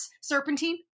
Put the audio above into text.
serpentine